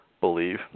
believe